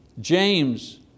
James